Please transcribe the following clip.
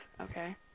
okay